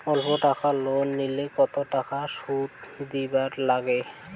অল্প টাকা লোন নিলে কতো টাকা শুধ দিবার লাগে?